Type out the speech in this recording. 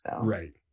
Right